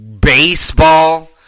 baseball